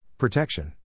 Protection